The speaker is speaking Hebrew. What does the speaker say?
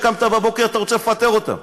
שקמת בבוקר ואתה רוצה לפטר אותם?